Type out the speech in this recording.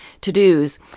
to-dos